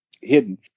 hidden